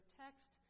text